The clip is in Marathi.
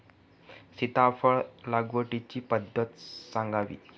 सीताफळ लागवडीची पद्धत सांगावी?